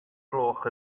gloch